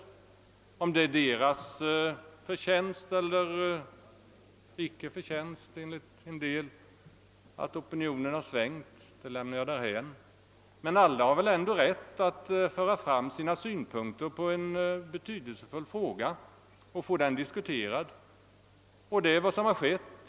Om det sedan är deras förtjänst, eller icke förtjänst enligt somliga, att opinionen har svängt lämnar jag därhän. Alla har dock rättighet att föra fram sina synpunkter på en betydelsefull fråga och att få frågan diskuterad. Det är väl detta som har gjorts.